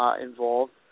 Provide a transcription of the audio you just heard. involved